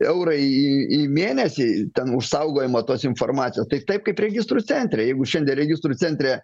eurai į mėnesį ten už saugojimą tos informacijos tai taip kaip registrų centre jeigu šiandien registrų centre